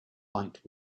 fight